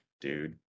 dude